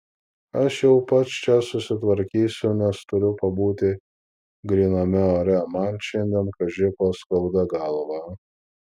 aš jau pats čia susitvarkysiu nes turiu pabūti gryname ore man šiandien kaži ko skauda galvą